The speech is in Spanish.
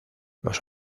los